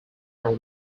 are